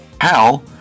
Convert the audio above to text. Hal